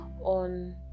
on